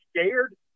scared